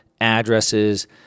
addresses